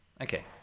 Okay